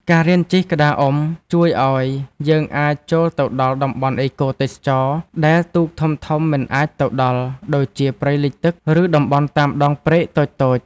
ការរៀនជិះក្តារអុំ ជួយឱ្យយើងអាចចូលទៅដល់តំបន់អេកូទេសចរណ៍ដែលទូកធំៗមិនអាចទៅដល់ ដូចជាព្រៃលិចទឹក ឬតំបន់តាមដងព្រែកតូចៗ។